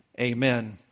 Amen